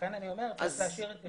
לכן אני אומר שצריך להשאיר את זה.